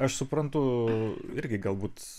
aš suprantu irgi galbūt